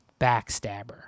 backstabber